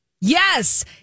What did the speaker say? yes